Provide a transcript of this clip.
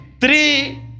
three